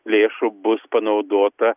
lėšų bus panaudota